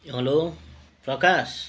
hello Prakash